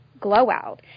Glowout